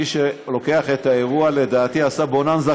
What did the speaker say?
מי שלוקח את האירוע לדעתי עשה בוננזה,